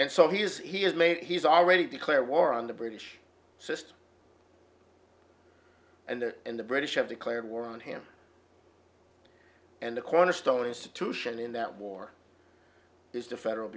and so he has made he's already declare war on the british system and the british have declared war on him and the cornerstone institution in that war is the federal